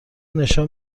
نشان